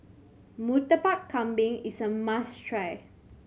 Murtabak Kambing is a must try